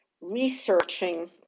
researching